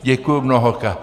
Děkuji mnohokrát.